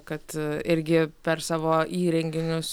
kad irgi per savo įrenginius